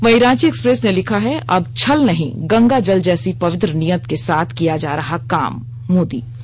वहीं रांची एक्सप्रेस ने लिखा है अब छल नहीं गंगा जल जैसी पवित्र नियत के साथ किया जा रहा काम मोदी